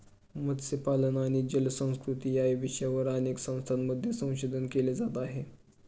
मत्स्यपालन आणि जलसंस्कृती या विषयावर अनेक संस्थांमध्ये संशोधन केले जात आहे